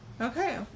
okay